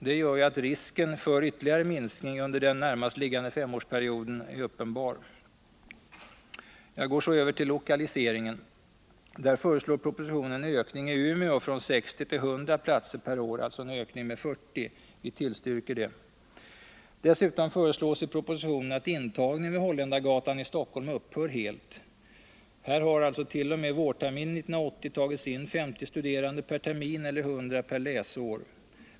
Detta gör att risken för ytterligare minskning under den närmast liggande femårsperioden är uppenbar. Jag går så över till lokaliseringen. Där föreslår propositionen en ökning i Umeå från 60 till 100 platser per år, alltså en ökning med 40. Vi tillstyrker detta förslag. Dessutom föreslås i propositionen att intagningen vid Holländargatan i Stockholm upphör helt. Här har alltså t.o.m. vårterminen 1980 tagits in 50 studerande per termin eller 100 per läsår.